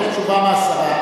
תשובה מהשר.